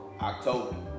October